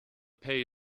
pay